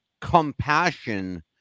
compassion